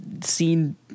seen